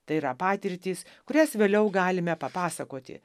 tai yra patirtys kurias vėliau galime papasakoti